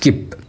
skip